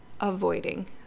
avoiding